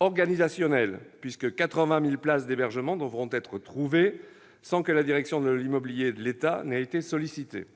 organisationnels, puisque 80 000 places d'hébergement devront être trouvées, sans que la direction de l'immobilier de l'État n'ait été sollicitée.